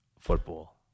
football